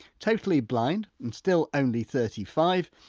totally blind and still only thirty five,